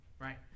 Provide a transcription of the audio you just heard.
Right